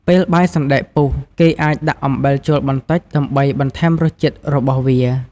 ពេលបាយសណ្ដែកពុះ គេអាចដាក់អំបិលចូលបន្តិចដើម្បីបន្ថែមរសជាតិរបស់វា។